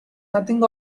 nothing